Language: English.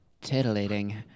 Titillating